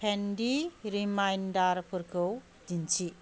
पेन्दि रिमाइन्डारफोरखौ दिन्थि